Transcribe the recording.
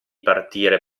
partire